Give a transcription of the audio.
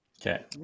Okay